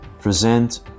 present